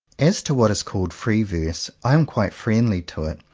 as to what is called free verse, i am quite friendly to it,